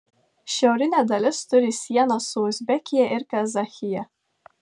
šiaurinė dalis turi sieną su uzbekija ir kazachija